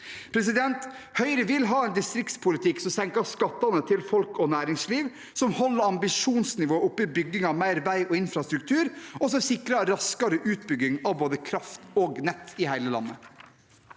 mer om. Høyre vil ha en distriktspolitikk som senker skattene til folk og næringsliv, som holder ambisjonsnivået oppe i byggingen av mer vei og infrastruktur, og som sikrer raskere utbygging av både kraft og nett i hele landet.